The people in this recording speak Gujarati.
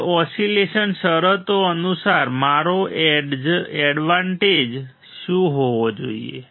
હવે ઓસિલેશન શરતો અનુસાર મારો એડવાન્ટેજ શું હોવો જોઈએ